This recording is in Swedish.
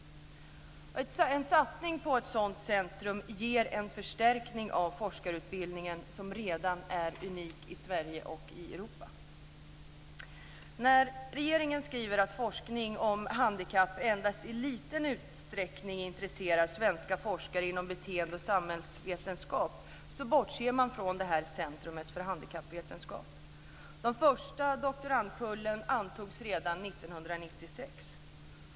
En satsning på ett sådant centrum ger en förstärkning av forskarutbildningen som redan är unik i Sverige och i Europa. När regeringen skriver att forskning om handikapp endast i liten utsträckning har intresserat svenska forskare inom beteende och samhällsvetenskap bortser man från Centrum för handikappvetenskap. Den första doktorandkullen antogs redan 1996.